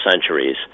centuries